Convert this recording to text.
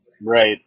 Right